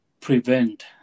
prevent